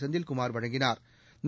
செந்தில்குமாா் வழங்கினாா்